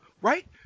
Right